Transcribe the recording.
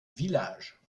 village